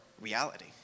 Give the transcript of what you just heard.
reality